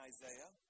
Isaiah